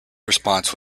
response